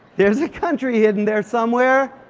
there's a country hidden there somewhere.